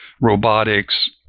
robotics